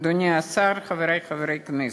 אדוני השר, חברי חברי הכנסת,